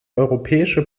europäische